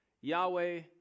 Yahweh